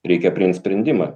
reikia priimt sprendimą